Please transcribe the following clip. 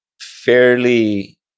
fairly